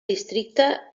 districte